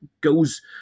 goes